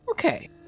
Okay